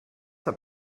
that